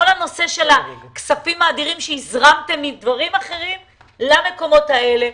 כל הנושא של הכספים האדירים שהזרמתם מדברים אחרים למקומות האלה.